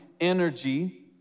energy